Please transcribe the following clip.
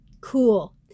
Cool